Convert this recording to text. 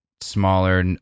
smaller